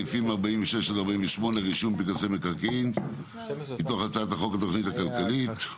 רק סעיפים 48-46 (רישום בפנקסי מקרקעין) מתוך הצעת חוק התכנית הכלכלית;